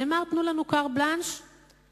נאמר: תנו לנו carte blanche לשנתיים.